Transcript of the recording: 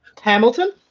Hamilton